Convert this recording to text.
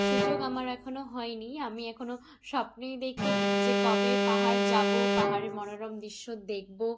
সুযোগ আমার এখনও হয়নি আমি এখনও স্বপ্নেই দেখি যে কবে পাহাড় যাব পাহাড়ের মনোরম দৃশ্য দেখব